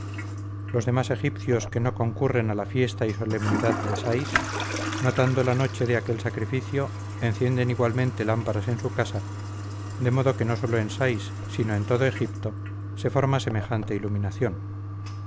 los demás egipcios que no concurren a la fiesta y solemnidad de sais notando la noche de aquel sacrificio encienden igualmente lámparas en su casa de modo que no solo en sais sino en todo egipto se forma semejante iluminación